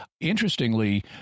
Interestingly